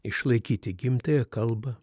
išlaikyti gimtąją kalbą